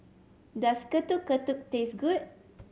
does Getuk Getuk taste good